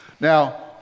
Now